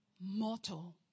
mortal